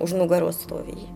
už nugarų stovi jie